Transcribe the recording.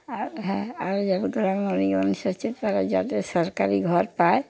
আর হ্যাঁ আরও যারা গ্রামে গরীব মানুষ আছে তারা যাতে সরকারি ঘর পায়